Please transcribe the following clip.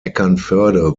eckernförde